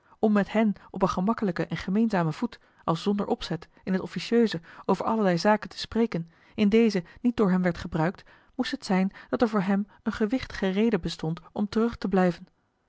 om met hen op een gemakkelijken en gemeenzamen voet als zonder opzet in t offitieuse over allerlei zaken te spreken in dezen niet door hem werd gebruikt moest het zijn dat er voor hem eene gewichtige reden bestond om terug te blijven